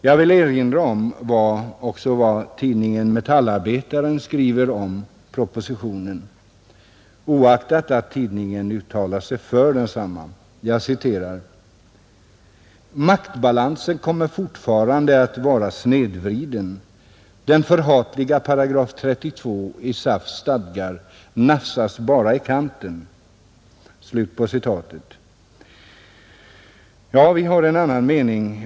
Jag vill också erinra om vad tidningen Metallarbetaren skriver om propositionen, oaktat att tidningen uttalar sig för densamma: ”Maktbalansen kommer fortfarande att vara snedvriden, Den förhatliga § 32 i SAF:s stadgar nafsas bara i kanten.” Vi har en annan mening.